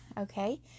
Okay